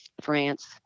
France